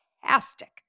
fantastic